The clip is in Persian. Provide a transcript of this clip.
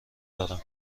دارم